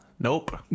Nope